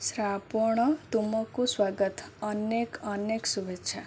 ଶ୍ରାବଣ ତୁମକୁ ସ୍ୱାଗତ ଅନେକ ଅନେକ ଶୁଭେଚ୍ଛା